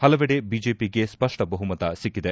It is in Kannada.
ಪಲವೆಡೆ ಬಿಜೆಪಿಗೆ ಸ್ವಪ್ನ ಬಹುಮತ ಸಿಕ್ಕೆದೆ